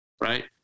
right